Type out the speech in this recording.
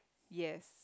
yes